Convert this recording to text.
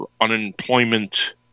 unemployment